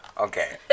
Okay